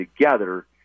together